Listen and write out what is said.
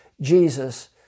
Jesus